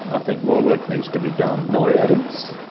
i think more work needs to be done. more evidence?